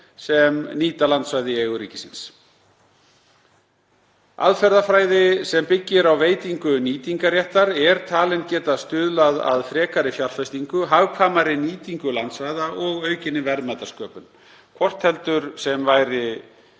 sem nýta landsvæði í eigu ríkisins. Aðferðafræði sem byggir á veitingu nýtingarréttar er talin geta stuðlað að frekari fjárfestingu, hagkvæmari nýtingu landsvæða og aukinni verðmætasköpun, hvort heldur sem væri